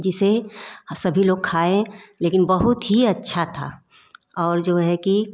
जिसे सभी लोग खाएँ लेकिन बहुत ही अच्छा था और जो है कि